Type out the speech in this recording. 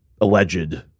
alleged